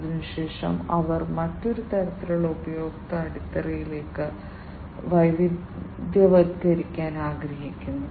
അതിനുശേഷം അവർ മറ്റൊരു തരത്തിലുള്ള ഉപഭോക്തൃ അടിത്തറയിലേക്ക് വൈവിധ്യവത്കരിക്കാൻ ആഗ്രഹിക്കുന്നു